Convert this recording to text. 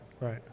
Right